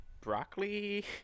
broccoli